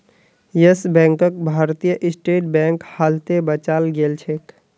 yes बैंकक Bharatiya state bank हालते बचाल गेलछेक